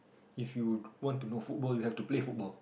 if you would want to know football you have to play football